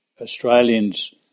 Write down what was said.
Australians